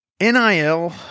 Nil